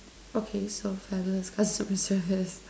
okay so feathers cause surface